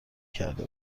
کرده